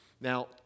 Now